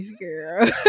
girl